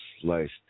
sliced